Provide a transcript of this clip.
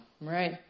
right